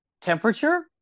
temperature